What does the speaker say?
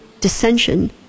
dissension